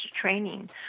training